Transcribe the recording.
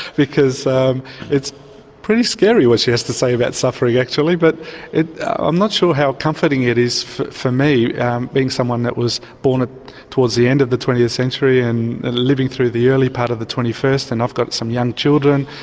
because it's pretty scary what she has to say about suffering actually, but i'm not sure how comforting it is for me being someone that was born ah towards the end of the twentieth century and living through the early part of the twenty first and i've got some young children,